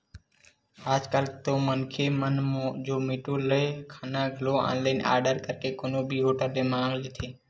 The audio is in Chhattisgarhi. आज कल तो मनखे मन जोमेटो ले खाना घलो ऑनलाइन आरडर करके कोनो भी होटल ले मंगा लेथे